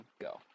go